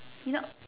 you know